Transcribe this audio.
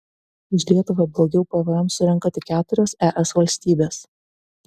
už lietuvą blogiau pvm surenka tik keturios es valstybės